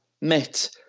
met